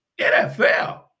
NFL